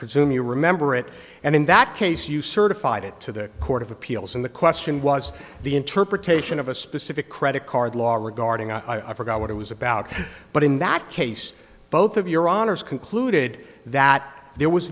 presume you remember it and in that case you certified it to the court of appeals and the question was the interpretation of a specific credit card law regarding a i forgot what it was about but in that case both of your honor's concluded that there was